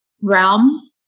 realm